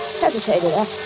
hesitated